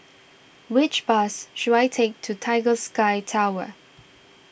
which bus should I take to Tiger Sky Tower